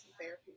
therapy